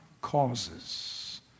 causes